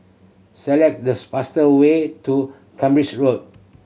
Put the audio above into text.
select this fastest way to Cambridge Road